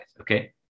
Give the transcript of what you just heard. Okay